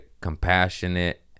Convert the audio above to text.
compassionate